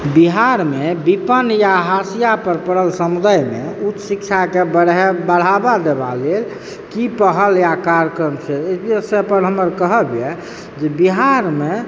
बिहारमे विपन्न या हाशिआ पर परल समुदायमे उच्च शिक्षाके बढ़एब बढ़ावा देबा लेल की पहल आ कार्यक्रम छै ताहिपर हमर कहब यऽ जे बिहारमे